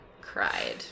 cried